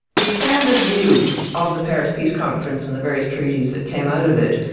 the standard view of the paris peace conference and the various treaties that came out of it,